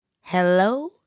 Hello